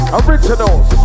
originals